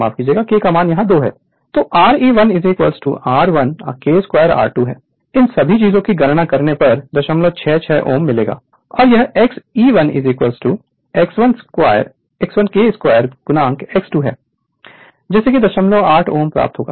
Refer Slide Time 0919 तो Re1 R1 K2 R2 है इन सभी चीज़ों की गणना करने पर 066 Ω मिलेगा और यह Xe1 X1 k2 X2 है जिससे 08Ω प्राप्त होगा